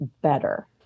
better